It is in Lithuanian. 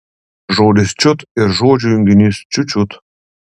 žodis čiut ir žodžių junginys čiut čiut